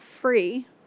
free